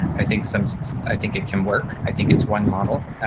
i think so i think it can work. i think it's one model,